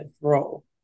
role